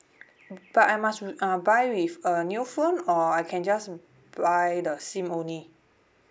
but I must uh buy with a new phone or I can just buy the SIM only